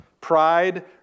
pride